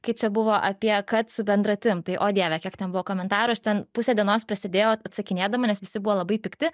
kai čia buvo apie kad su bendratim tai o dieve kiek ten buvo komentarų aš ten pusę dienos prasidėjau atsakinėdama nes visi buvo labai pikti